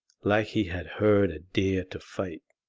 like he had heard a dare to fight,